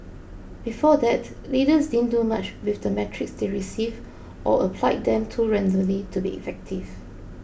before that leaders didn't do much with the metrics they received or applied them too randomly to be effective